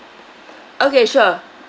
okay sure